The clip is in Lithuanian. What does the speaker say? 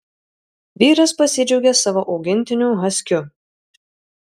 vyras pasidžiaugė savo augintiniu haskiu